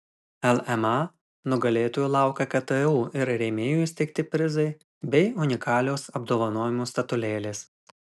lma nugalėtojų laukia ktu ir rėmėjų įsteigti prizai bei unikalios apdovanojimų statulėlės